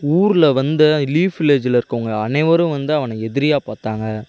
ஊரில் வந்து லீஃப் வில்லேஜில் இருக்கறவுங்க அனைவரும் வந்து அவனை எதிரியாக பார்த்தாங்க